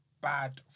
bad